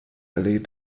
rayleigh